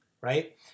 Right